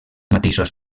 mateixos